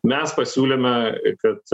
mes pasiūlėme kad